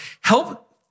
help